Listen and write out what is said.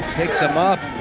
picks him up